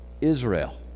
Israel